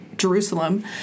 Jerusalem